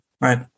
right